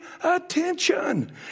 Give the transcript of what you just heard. attention